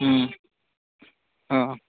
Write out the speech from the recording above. ও অ